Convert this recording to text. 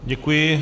Děkuji.